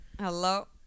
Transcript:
hello